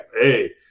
hey